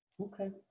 Okay